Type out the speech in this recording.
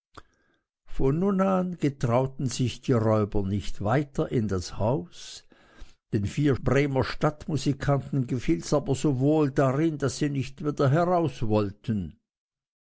von nun an getrauten sich die räuber nicht weiter in das haus den vier bremer musikanten gefiels aber so wohl darin daß sie nicht wieder heraus wollten